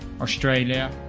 Australia